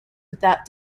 without